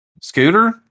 scooter